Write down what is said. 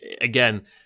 again